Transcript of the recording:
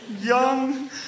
young